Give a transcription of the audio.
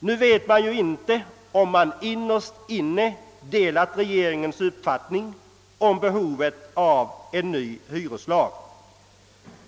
Nu vet vi inte om man innerst inne delat regeringens uppfattning om behovet av en ny hyreslag.